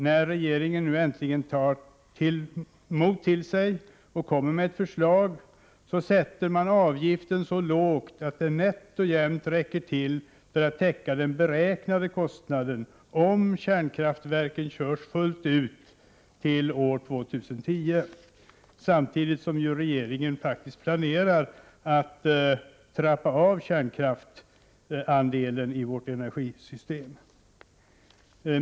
När regeringen nu äntligen tar mod till sig och kommer med ett förslag, sätter man avgiften så lågt att den nätt och jämnt räcker till för att täcka den beräknade kostnaden om kärnkraftverken körs fullt ut till år 2010, samtidigt som regeringen faktiskt planerar att trappa ner kärnkraftsandelen i vårt energisystem.